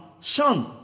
son